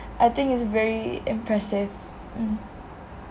I think it's very impressive um